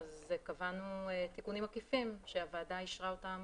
קבענו תיקונים עקיפים שהוועדה אישרה אותם